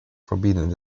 forbidden